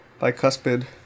bicuspid